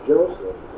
Joseph